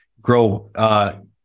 grow